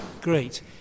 great